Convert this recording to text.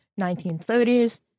1930s